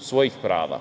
svojih prava.